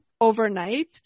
overnight